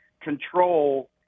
control